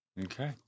Okay